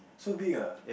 so big ah